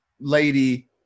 lady